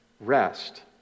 Rest